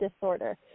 disorder